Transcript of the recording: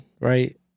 right